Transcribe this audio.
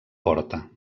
porta